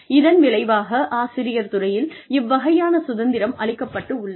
இதன் விளைவாக ஆசிரியர் துறையில் இவ்வகையான சுதந்திரம் அளிக்கப்பட்டுள்ளது